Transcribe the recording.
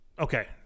okay